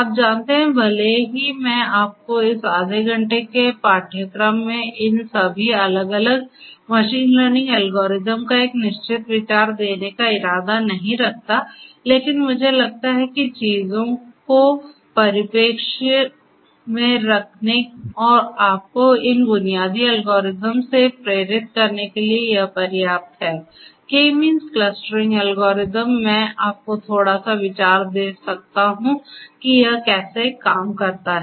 आप जानते हैं भले ही मैं आपको इस आधे घंटे के पाठ्यक्रम में इन सभी अलग अलग मशीन लर्निंग एल्गोरिदम का एक निश्चित विचार देने का इरादा नहीं करता लेकिन मुझे लगता है कि चीजों को परिप्रेक्ष्य में रखने और आपको इन बुनियादी एल्गोरिदम से प्रेरित करने के लिए यह पर्याप्त है K मींस क्लस्टरिंग एल्गोरिदम मैं आपको थोड़ा सा विचार दे सकता हूं कि यह कैसे काम करता है